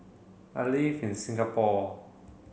I live in Singapore